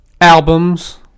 albums